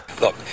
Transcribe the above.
Look